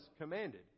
commanded